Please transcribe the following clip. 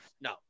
No